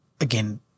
again